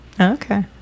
Okay